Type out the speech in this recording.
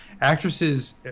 Actresses